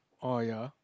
oh ya